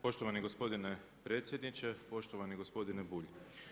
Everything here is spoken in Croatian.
Poštovani gospodine predsjedniče, poštovani gospodine Bulj.